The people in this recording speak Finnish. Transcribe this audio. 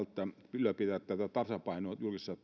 ylläpitää tasapainoa julkisessa